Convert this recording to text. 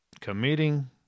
committing